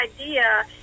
idea